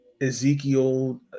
ezekiel